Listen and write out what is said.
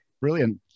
Brilliant